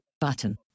button